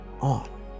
on